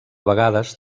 vegades